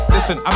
Listen